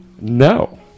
No